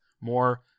more